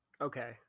Okay